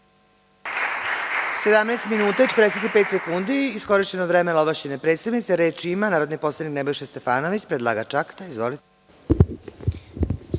17 minuta i 45 sekundi od vremena ovlašćene predstavnice. Reč ima narodni poslanik Nebojša Stefanović, predlagač akta.